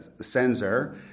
sensor